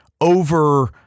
over